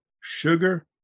sugar